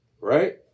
right